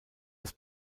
das